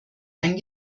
ein